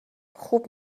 خوب